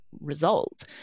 result